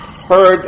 heard